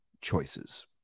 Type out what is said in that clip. choices